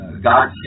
God